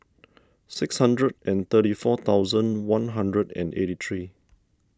six hundred and thirty four thousand one hundred and eighty three